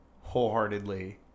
wholeheartedly